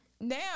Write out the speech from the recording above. now